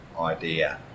idea